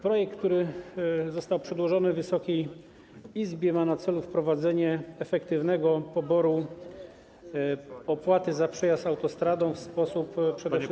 Projekt, który został przedłożony Wysokiej Izbie, ma na celu wprowadzenie efektywnego poboru opłat za przejazd autostradą w sposób przede wszystkim.